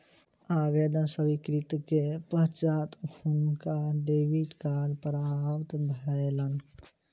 आवेदन स्वीकृति के पश्चात हुनका डेबिट कार्ड प्राप्त भेलैन